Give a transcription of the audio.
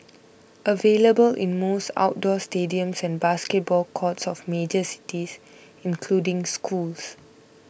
available in most outdoor stadiums and basketball courts of major cities including schools